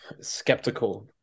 skeptical